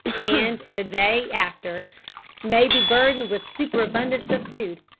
and in a day after may be burdened with superabundance of food.